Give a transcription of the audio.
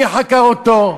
מי חקר אותו?